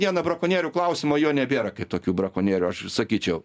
viena brakonierių klausimo jau nebėra kaip tokių brakonierių aš sakyčiau